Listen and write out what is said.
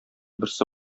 берсе